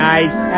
Nice